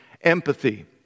empathy